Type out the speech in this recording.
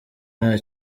nta